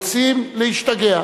רוצים להשתגע.